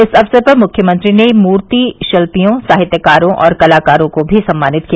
इस अवसर पर मुख्यमंत्री ने मूर्ति शिल्पियों साहित्यकारों और कलाकारों को भी सम्मानित किया